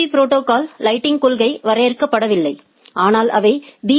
பீ ப்ரோடோகால்களுக்கு லைட்டிங் கொள்கை வரையறுக்கப்படவில்லை ஆனால் அவை பி